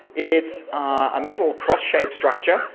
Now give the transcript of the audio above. it's ah a metal cross-shaped structure,